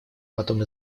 потом